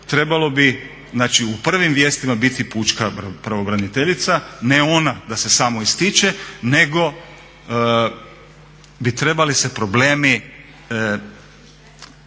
trebalo bi znači u prvim vijestima biti pučka pravobraniteljica, ne ona da se samo ističe nego bi trebali se problemi,